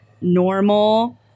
normal